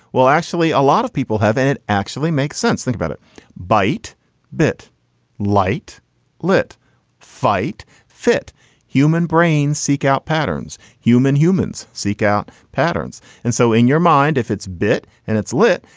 well, actually, a lot of people have, and it actually makes sense. think about it byt bit light lit fight fit human brains, seek out patterns, human humans seek out patterns and so in your mind, if it's bit and it's lit,